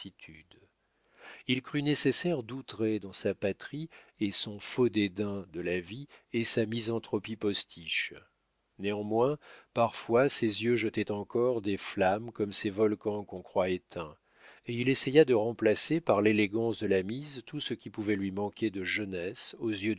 il crut nécessaire d'outrer dans sa patrie et son faux dédain de la vie et sa misanthropie postiche néanmoins parfois ses yeux jetaient encore des flammes comme ces volcans qu'on croit éteints et il essaya de remplacer par l'élégance de la mise tout ce qui pouvait lui manquer de jeunesse aux yeux